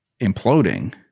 imploding